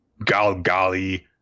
Galgali